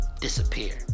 disappear